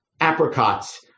apricots